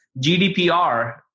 GDPR